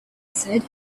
said